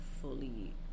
fully